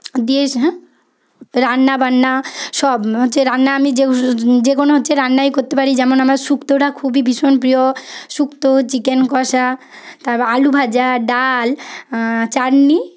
দিয়ে হ্যাঁ রান্না বান্না সব হচ্ছে রান্না আমি যেকোন হচ্ছে রান্নাই করতে পারি যেমন আমার শুক্তোটা খুবই ভীষণ প্রিয় শুক্তো চিকেন কষা তারপর আলুভাজা ডাল চাটনি